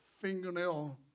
fingernail